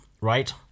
right